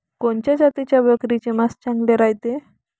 कोनच्या जातीच्या बकरीचे मांस चांगले रायते?